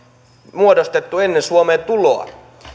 muodostettu ennen suomeen tuloa